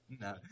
No